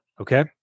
okay